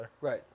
Right